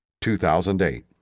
2008